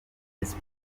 visi